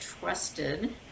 trusted